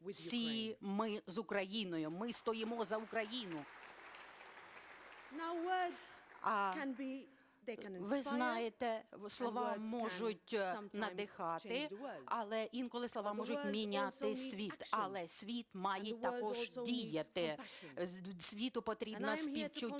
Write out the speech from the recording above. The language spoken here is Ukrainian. Ви знаєте, слова можуть надихати, але інколи слова можуть міняти світ. Але світ має також діяти, світу потрібне співчуття.